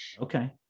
Okay